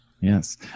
Yes